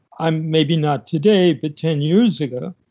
um maybe not today, but ten years ago,